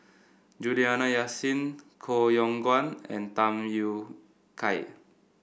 Juliana Yasin Koh Yong Guan and Tham Yui Kai